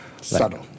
Subtle